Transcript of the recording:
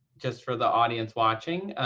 just for the audience watching,